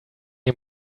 dir